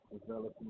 developing